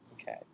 Okay